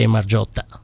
Margiotta